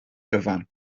gyfan